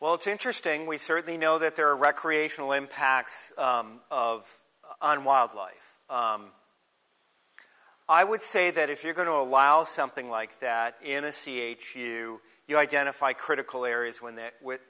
well it's interesting we certainly know that there are recreational impacts of on wildlife i would say that if you're going to allow something like that in a c h you you identify critical areas when